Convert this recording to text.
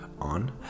on